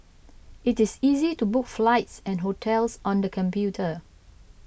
it is easy to book flights and hotels on the computer